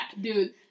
Dude